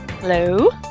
hello